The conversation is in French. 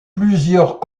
plusieurs